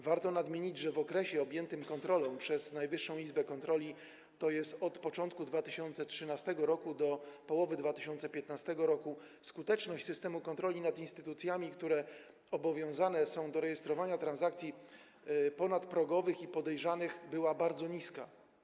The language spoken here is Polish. Warto nadmienić, że w okresie objętym kontrolą przez Najwyższą Izbę Kontroli, tj. od początku 2013 r. do połowy 2015 r., skuteczność systemu kontroli nad instytucjami, które obowiązane są do rejestrowania transakcji ponadprogowych i podejrzanych, była bardzo niska.